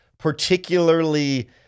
particularly